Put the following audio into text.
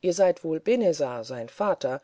ihr seid wohl benezar sein vater